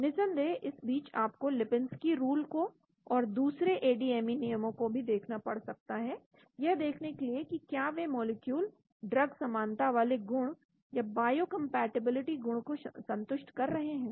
निसंदेह इस बीच आपको लिपिंस्की रूल को और दूसरे एडीएमई नियमों को भी देखना पड़ सकता है यह देखने के लिए की क्या वे मॉलिक्यूल ड्रग समानता वाले गुण या बायोकंपैटिबिलिटी गुण को संतुष्ट कर रहे हैं